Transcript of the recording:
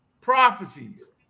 prophecies